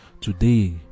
Today